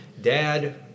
dad